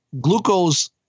glucose